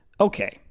Okay